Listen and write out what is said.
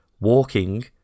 walking